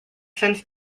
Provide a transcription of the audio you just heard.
since